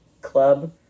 club